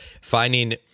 Finding